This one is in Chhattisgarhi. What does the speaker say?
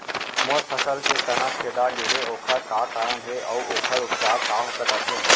मोर फसल के तना छेदा गेहे ओखर का कारण हे अऊ ओखर उपचार का हो सकत हे?